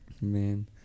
Man